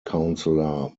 councillor